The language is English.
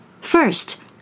First